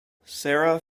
sarah